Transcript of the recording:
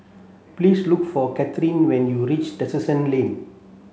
please look for Katherin when you reach Terrasse Lane